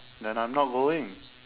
then I'm not going